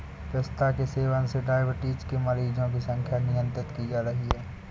पिस्ता के सेवन से डाइबिटीज के मरीजों की संख्या नियंत्रित की जा रही है